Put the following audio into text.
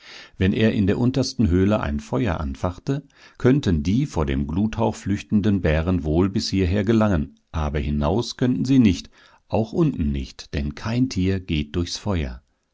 wenn er in der untersten höhle ein feuer anfachte könnten die vor dem gluthauch flüchtenden bären wohl bis hierher gelangen aber hinaus könnten sie nicht auch unten nicht denn kein tier geht durch feuer